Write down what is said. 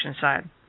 side